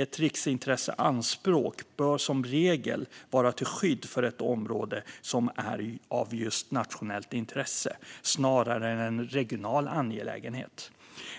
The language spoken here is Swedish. Ett riksintresseanspråk bör som regel vara till skydd för ett område som är av just nationellt intresse snarare än en regional angelägenhet.